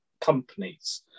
companies